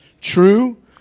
true